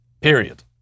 Period